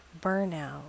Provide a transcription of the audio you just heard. burnout